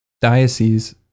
diocese